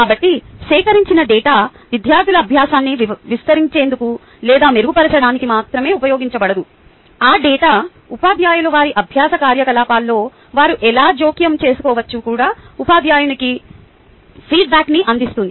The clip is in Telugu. కాబట్టి సేకరించిన డేటా విద్యార్థుల అభ్యాసాన్ని విస్తరించేందుకు లేదా మెరుగుపరచడానికి మాత్రమే ఉపయోగించబడదు ఆ డేటా ఉపాధ్యాయులు వారి అభ్యాస కార్యకలాపాల్లో వారు ఎలా జోక్యం చేసుకోవచ్చో కూడా ఉపాధ్యాయునికి ఫీడ్ బ్యాక్న్ని అందిస్తుంది